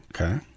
Okay